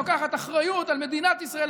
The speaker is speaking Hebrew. שלוקחת אחריות על מדינת ישראל,